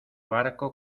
barco